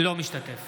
לא משתתף